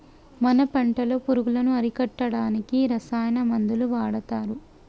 మన పంటలో పురుగులను అరికట్టడానికి రసాయన మందులు వాడతారు